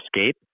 escape